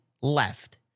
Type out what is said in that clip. left